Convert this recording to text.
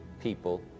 people